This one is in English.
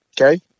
okay